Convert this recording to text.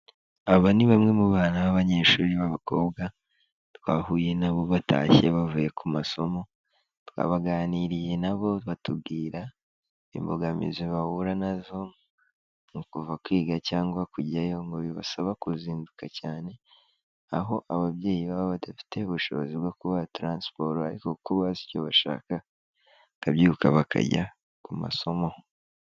Aba ni bamwe mu bana b'abanyeshuri b'abakobwa twahuye nabo batashye bavuye ku masomo, twaganiriye nabo batubwira imbogamizi bahura nazo mu kuva kwiga cyangwa kujyayo, ngo bibasaba kuzinduka cyane aho ababyeyi baba badafite ubushobozi bwo kubaha transport ariko kuko bazi icyo bashaka bakabyuka bakajya ku masomo.